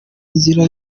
inzira